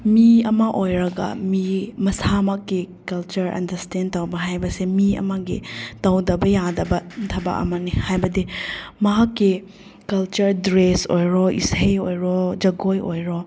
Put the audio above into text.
ꯃꯤ ꯑꯃ ꯑꯣꯏꯔꯒ ꯃꯤ ꯃꯁꯥꯃꯛꯀꯤ ꯀꯜꯆꯔ ꯑꯟꯗꯔꯏꯁꯇꯦꯟ ꯇꯧꯕ ꯍꯥꯏꯕꯁꯦ ꯃꯤ ꯑꯃꯒꯤ ꯇꯧꯗꯕ ꯌꯥꯗꯕ ꯊꯕꯛ ꯑꯃꯅꯤ ꯍꯥꯏꯕꯗꯤ ꯃꯍꯥꯛꯀꯤ ꯀꯜꯆꯔ ꯗ꯭ꯔꯦꯁ ꯑꯣꯏꯔꯣ ꯏꯁꯩ ꯑꯣꯏꯔꯣ ꯖꯒꯣꯏ ꯑꯣꯏꯔꯣ